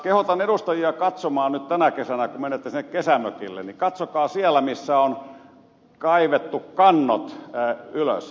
kehotan edustajia katsomaan nyt tänä kesänä kun menette sinne kesämökille katsokaa siellä missä on kaivettu kannot ylös